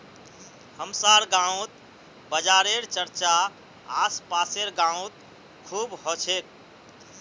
हमसार गांउत बाजारेर चर्चा आस पासेर गाउत खूब ह छेक